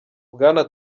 bwana